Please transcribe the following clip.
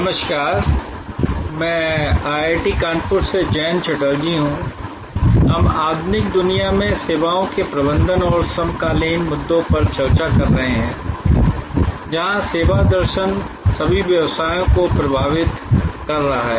नमस्कार मैं आईआईटी कानपुर से जयंत चटर्जी हूं हम आधुनिक दुनिया में सेवाओं के प्रबंधन और समकालीन मुद्दों पर चर्चा कर रहे हैं जहां सेवा दर्शन सभी व्यवसायों को प्रभावित कर रहा है